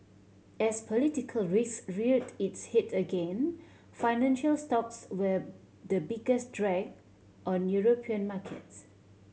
as political risk reared its head again financial stocks were the biggest drag on European markets